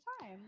time